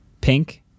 pink